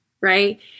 right